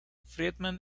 friedman